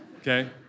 okay